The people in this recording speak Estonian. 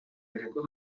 tegu